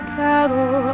cattle